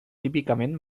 típicament